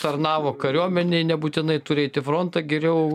tarnavo kariuomenėj nebūtinai turi eit į frontą geriau